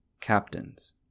Captains